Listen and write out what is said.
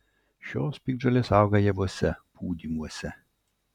šios piktžolės auga javuose pūdymuose